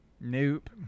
Nope